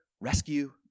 rescue